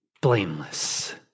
blameless